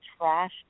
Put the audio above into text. trash